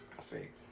fake